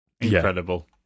Incredible